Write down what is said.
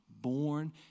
born